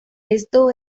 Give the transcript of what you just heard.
esto